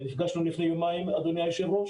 נפגשנו לפני יומיים, אדוני היושב-ראש,